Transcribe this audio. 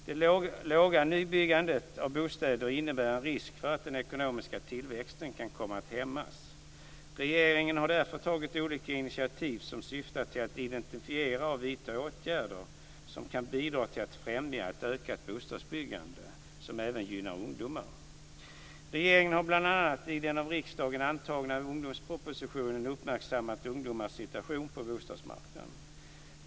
Det låga nybyggandet av bostäder innebär en risk för att den ekonomiska tillväxten kan komma att hämmas. Regeringen har därför tagit olika initiativ som syftar till att identifiera och vidta åtgärder som kan bidra till att främja ett ökat bostadsbyggande som även gynnar ungdomar. Regeringen har bl.a. i den av riksdagen antagna ungdomspropositionen uppmärksammat ungdomars situation på bostadsmarknaden.